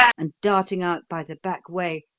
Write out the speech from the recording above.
and, darting out by the back way,